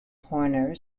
horner